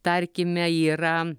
tarkime yra